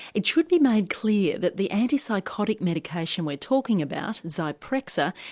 it should be made clear that the antipsychotic medication we're talking about, zyprexa,